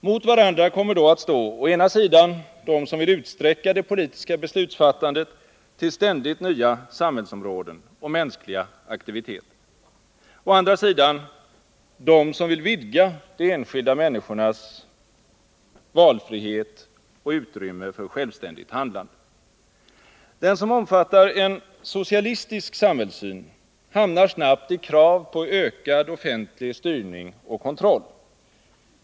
Mot varandra kommer då att stå å ena sidan de som vill utsträcka det politiska beslutsfattandet till ständigt nya samhällsområden och mänskliga aktiviteter, å andra sidan de som vill vidga de enskilda människornas valfrihet och utrymme för självständigt handlande. Den som omfattar en socialistisk samhällssyn hamnar snabbt i krav på ökad offentlig styrning och kontroll.